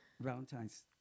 Valentine's